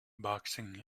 boxing